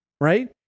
Right